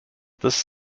this